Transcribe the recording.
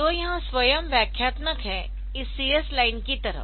तो यह स्वयं व्याख्यात्मक है इस CS लाइन की तरह